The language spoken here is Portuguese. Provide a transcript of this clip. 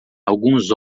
alguns